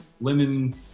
Lemon